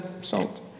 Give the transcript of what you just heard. salt